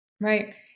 right